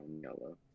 yellow